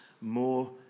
more